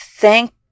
Thank